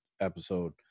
episode